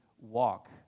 walk